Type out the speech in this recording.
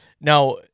Now